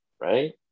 right